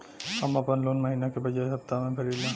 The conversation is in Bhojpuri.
हम आपन लोन महिना के बजाय सप्ताह में भरीला